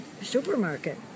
supermarket